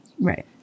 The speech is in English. Right